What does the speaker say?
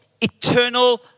eternal